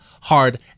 hard